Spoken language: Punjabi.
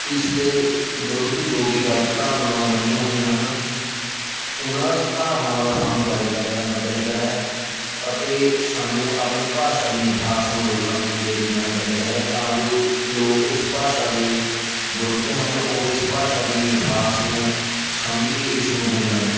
ਇਸ ਦੇ ਵਿਰੁੱਧ ਜੋ ਵੀ ਗਲਤ ਧਾਰਨਾਵਾਂ ਬਣੀਆਂ ਹੋਈਆਂ ਹਨ ਉਨ੍ਹਾਂ ਧਾਰਨਾਵਾਂ ਦਾ ਸਾਨੂੰ ਬਾਈਕਾਟ ਕਰਨਾ ਚਾਹੀਦਾ ਹੈ ਅਤੇ ਸਾਨੂੰ ਆਪਣੀ ਭਾਸ਼ਾ ਦੀ ਮਿਠਾਸ ਨੂੰ ਲੋਕਾਂ ਵਿੱਚ ਲੈ ਕੇ ਜਾਣਾ ਚਾਹੀਦਾ ਹੈ ਤਾਂ ਜੋ ਲੋਕ ਇਸ ਭਾਸ਼ਾ ਦੇ ਵਿਰੁੱਧ ਹਨ ਉਹ ਇਸ ਭਾਸ਼ਾ ਦੀ ਮਿਠਾਸ ਨੂੰ ਸਮਝ ਕੇ ਇਸ ਨੂੰ ਬੋਲਣ